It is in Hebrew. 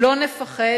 לא נפחד.